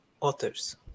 authors